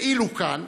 ואילו כאן,